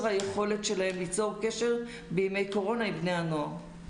היכולת שלהם ליצור קשר בימי קורונה עם בני הנוער.